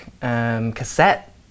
cassette